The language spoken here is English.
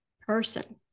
person